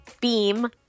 Beam